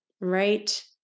right